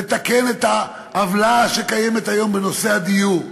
לתקן את העוולה שקיימת היום בנושא הדיור,